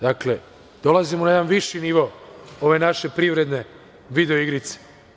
Dakle, dolazimo na jedan viši nivo ove naše privredne video igrice.